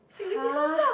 significance lah